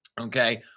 Okay